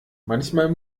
manchmal